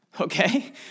okay